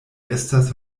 estas